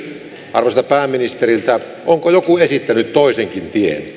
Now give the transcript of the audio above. arvoisalta pääministeriltä onko joku esittänyt toisenkin